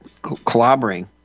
clobbering